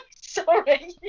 Sorry